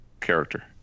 character